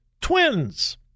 twins